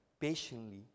patiently